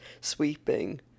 sweeping